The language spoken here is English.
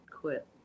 quit